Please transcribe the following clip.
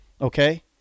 okay